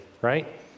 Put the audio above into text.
right